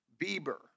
Bieber